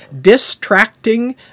distracting